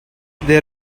they